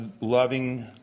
loving